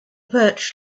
birch